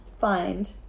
find